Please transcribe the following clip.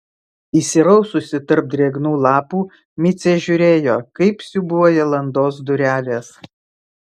įsiraususi tarp drėgnų lapų micė žiūrėjo kaip siūbuoja landos durelės